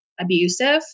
abusive